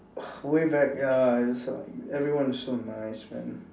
way back ya that's why everyone is so nice man